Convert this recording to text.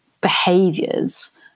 behaviors